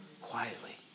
Quietly